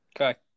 Okay